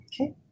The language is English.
Okay